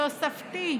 תוספתי.